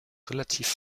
relativ